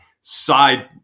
side